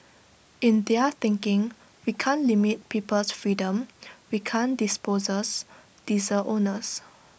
in their thinking we can't limit people's freedom we can't dispossess diesel owners